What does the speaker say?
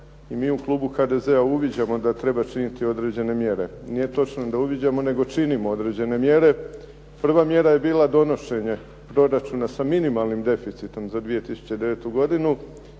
i mi u klubu HDZ-a uviđamo da treba činiti određene mjere. Nije točno da uviđamo, nego činimo određene mjere. Prva mjera je bila donošenje proračuna sa minimalnim deficitom za 2009. godinu